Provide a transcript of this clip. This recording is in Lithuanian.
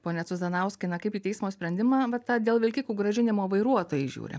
pone cuzanauskai na kaip į teismo sprendimą vat tą dėl vilkikų grąžinimo vairuotojai žiūri